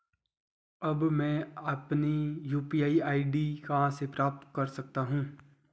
अब मैं अपनी यू.पी.आई आई.डी कहां से प्राप्त कर सकता हूं?